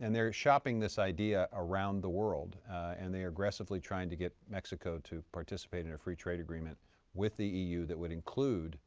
and they're shopping this idea around the world and they're aggressively trying to get mexico to participate in a free trade agreement with the eu that would include